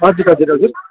हजुर हजुर हजुर